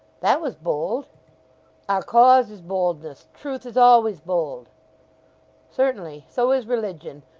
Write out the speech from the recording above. that was bold our cause is boldness. truth is always bold certainly. so is religion.